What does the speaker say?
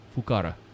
Fukara